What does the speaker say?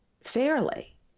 fairly